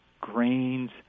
grains